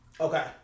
Okay